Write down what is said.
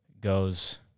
goes